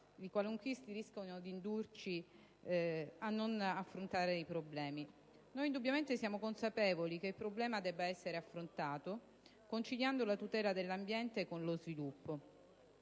i qualunquisti rischiano di indurci a non affrontare i problemi. Siamo indubbiamente consapevoli che il problema debba essere affrontato conciliando la tutela dell'ambiente con lo sviluppo